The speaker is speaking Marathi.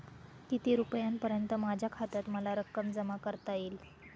किती रुपयांपर्यंत माझ्या खात्यात मला रक्कम जमा करता येईल?